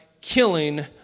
killing